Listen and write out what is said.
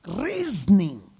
reasoning